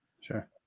Sure